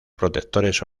protectores